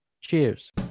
Cheers